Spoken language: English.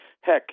Heck